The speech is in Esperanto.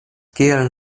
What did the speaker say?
kiel